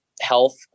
health